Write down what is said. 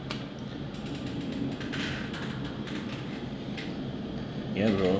ya bro